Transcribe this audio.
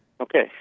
Okay